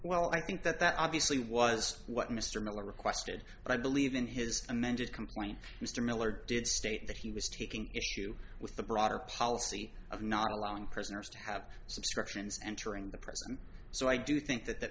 well i think that that obviously was what mr miller requested but i believe in his amended complaint mr miller did state that he was taking issue with the broader policy of not allowing prisoners to have subscriptions entering the prison so i do think that that